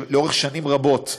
לאורך שנים רבות,